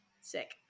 Sick